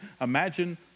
imagine